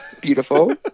Beautiful